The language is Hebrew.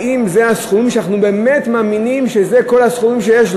האם זה כל הסכום שאנחנו באמת מאמינים שיש לו?